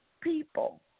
people